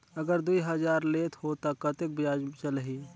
अगर दुई हजार लेत हो ता कतेक ब्याज चलही?